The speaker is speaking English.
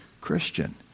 Christian